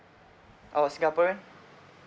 orh singaporean